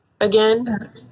again